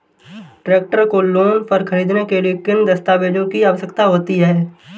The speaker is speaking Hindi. ट्रैक्टर को लोंन पर खरीदने के लिए किन दस्तावेज़ों की आवश्यकता होती है?